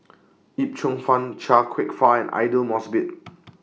Yip Cheong Fun Chia Kwek Fah and Aidli Mosbit